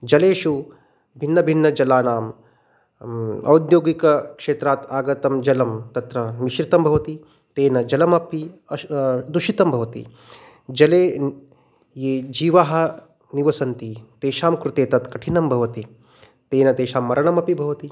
जलेषु भिन्नभिन्नजलानाम् औद्योगिकक्षेत्रात् आगतं जलं तत्र मिश्रितं भवति तेन जलमपि अस्ति दूषितं भवति जले न ये जीवाः निवसन्ति तेषां कृते तत् कठिनं भवति तेन तेषां मरणमपि भवति